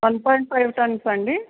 one point five tons ఆ అండి